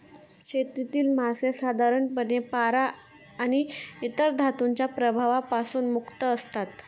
शेतातील मासे साधारणपणे पारा आणि इतर धातूंच्या प्रभावापासून मुक्त असतात